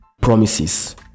promises